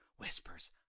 whispers